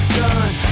done